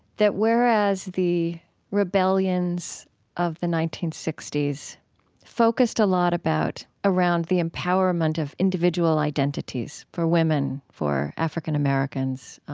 that whereas the rebellions of the nineteen sixty s focused a lot about around the empowerment of individual identities for women, for african-americans,